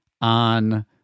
on